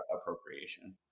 appropriation